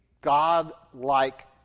God-like